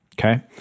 Okay